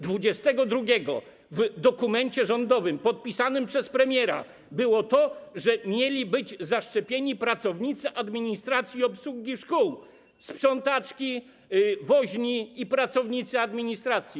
Dwudziestego drugiego w dokumencie rządowym podpisanym przez premiera było to, że mieli być zaszczepieni pracownicy administracji i obsługi szkół, sprzątaczki, woźni i pracownicy administracji.